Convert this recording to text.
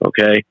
Okay